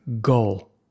goal